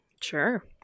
sure